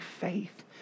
faith